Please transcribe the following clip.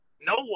no